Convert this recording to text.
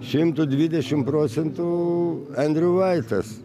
šimtu dvidešimt procentų endriulaitis